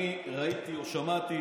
אני ראיתי או שמעתי